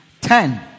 Ten